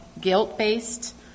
guilt-based